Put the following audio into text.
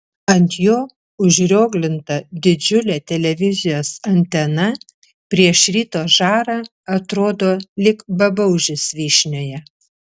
ant jo užrioglinta didžiulė televizijos antena prieš ryto žarą atrodo lyg babaužis vyšnioje